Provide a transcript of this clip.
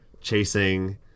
chasing